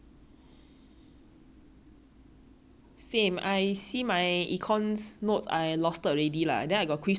same I see my econs note I lost it already lah then I got quiz tomorrow I don't understand lah but whatever lah !huh!